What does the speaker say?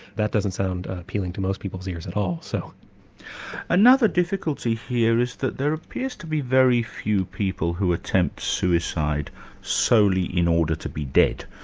that doesn't sound appealing to most people's ears at all. so another difficulty here is that there appears to be very few people who attempt suicide solely in order to be dead.